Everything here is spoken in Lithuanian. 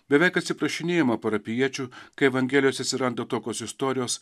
beveik atsiprašinėjama parapijiečių kai evangelijos atsiranda tokios istorijos